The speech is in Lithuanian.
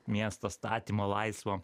miesto statymo laisvo